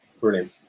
brilliant